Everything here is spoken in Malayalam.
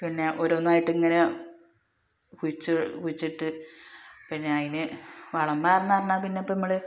പിന്നെ ഓരോന്നായിട്ട് ഇങ്ങനെ കുഴിച്ചിട്ട് പിന്നെ അതിന് വളംവാർന്ന പറഞ്ഞാൽ പിന്നെ ഇപ്പോൾ നമ്മൾ